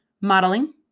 modeling